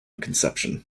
conception